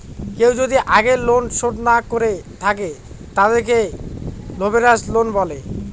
কেউ যদি আগের লোন শোধ না করে থাকে, তাদেরকে লেভেরাজ লোন বলে